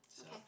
Okay